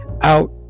out